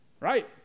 Right